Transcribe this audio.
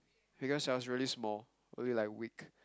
because I was really small really like weak